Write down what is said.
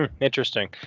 interesting